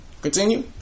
Continue